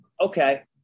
Okay